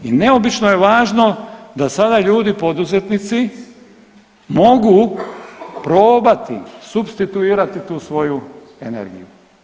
I neobično je važno da sada ljudi poduzetnici mogu probati supstituirati tu svoju energiju.